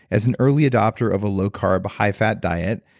as an earlier adopter of a low carb, high-fat diet.